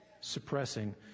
Suppressing